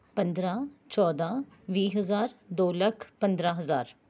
ਪੰਦਰਾਂ ਚੌਦਾਂ ਵੀਹ ਹਜ਼ਾਰ ਦੋ ਲੱਖ ਪੰਦਰਾਂ ਹਜ਼ਾਰ